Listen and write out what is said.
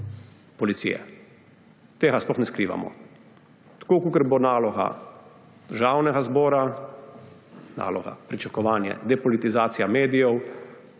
policije. Tega sploh ne skrivamo. Tako kot bo naloga Državnega zbora – naloga, pričakovanje – depolitizacija medijev,